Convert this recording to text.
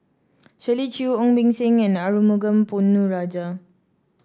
Shirley Chew Ong Beng Seng and Arumugam Ponnu Rajah